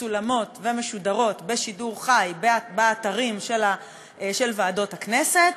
מצולמות ומשודרות בשידור חי באתרים של ועדות הכנסת.